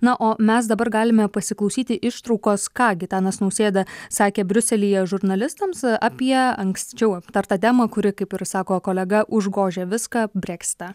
na o mes dabar galime pasiklausyti ištraukos ką gitanas nausėda sakė briuselyje žurnalistams apie anksčiau aptartą temą kuri kaip ir sako kolega užgožia viską breksitą